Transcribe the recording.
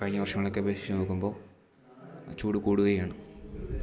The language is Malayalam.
കഴിഞ്ഞ വർഷങ്ങളെയൊക്കെ അപേക്ഷിച്ചു നോക്കുമ്പോൾ ചൂടു കൂടുകയാണ്